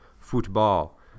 football